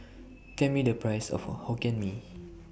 Tell Me The Price of Hokkien Mee